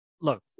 look